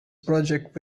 project